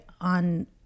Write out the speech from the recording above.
on